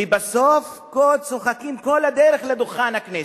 ובסוף צוחקים כל הדרך לדוכן הכנסת.